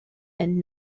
and